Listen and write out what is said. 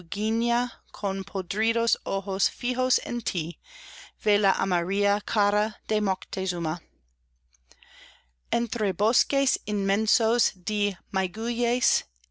guiña con podridos ojos fijos en tí vé la amarilla cara de moctezuma entre bosques inmensos